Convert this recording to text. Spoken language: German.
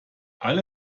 alle